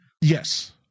Yes